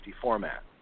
format